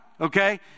okay